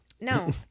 No